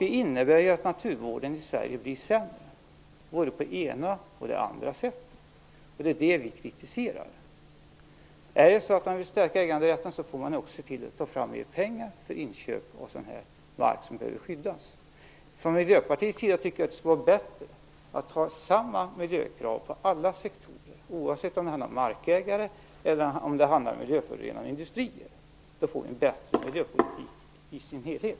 Det innebär att naturvården i Sverige blir sämre, både på det ena och på det andra sättet. Det är detta som vi kritiserar. Om man vill stärka äganderätten får man också se till att ta fram mer pengar för inköp av mark som behöver skyddas. Vi från Miljöpartiet tycker att det skulle vara bättre att ställa samma miljökrav för alla sektorer, oavsett om det handlar om markägare eller om förorenande industrier. Då skulle vi få en bättre miljöpolitik i dess helhet.